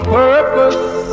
purpose